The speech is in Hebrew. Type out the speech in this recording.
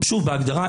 שוב בהגדרה,